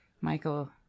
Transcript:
Michael